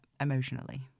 emotionally